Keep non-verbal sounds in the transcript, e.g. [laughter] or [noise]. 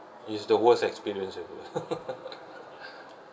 is the worst experience ever [laughs]